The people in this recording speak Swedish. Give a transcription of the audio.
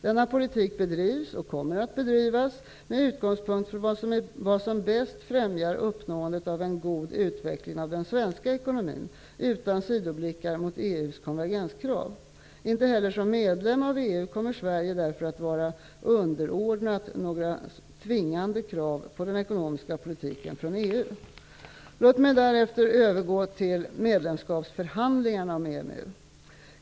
Denna politik bedrivs -- och kommer att bedrivas -- med utgångspunkt från vad som bäst främjar uppnåendet av en god utveckling av den svenska ekonomin, utan sidoblickar mot EU:s konvergenskrav. Inte heller som medlem av EU kommer Sverige därför att vara ''underordnat'' några ''tvingande'' krav på den ekonomiska politiken från EU. Låt mig därefter övergå till medlemskapsförhandlingarna om EMU.